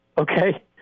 okay